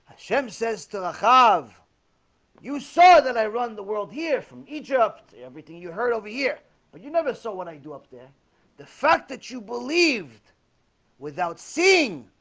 shem says to have you saw that i run the world here from egypt everything you heard over here but you never saw what i do up there the fact that you believed without seeing